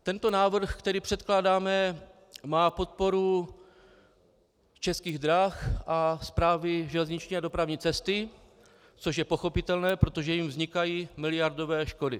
Tento návrh, který předkládáme, má podporu Českých drah a Správy železniční dopravní cesty, což je pochopitelné, protože jim vznikají miliardové škody.